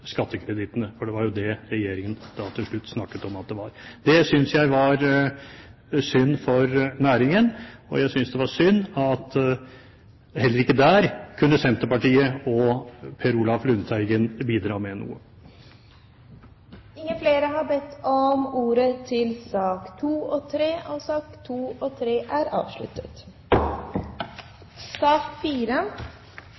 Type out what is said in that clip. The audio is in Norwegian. skattekredittene, for det var jo det regjeringen til slutt snakket om at det var. Det synes jeg var synd for næringen, og jeg synes det var synd at heller ikke der kunne Senterpartiet og Per Olaf Lundteigen bidra med noe. Flere har ikke bedt om ordet til sakene nr. 2 og 3. Det økonomiske tilbakeslaget vi er